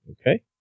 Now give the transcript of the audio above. Okay